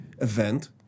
event